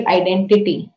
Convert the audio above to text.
identity